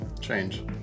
change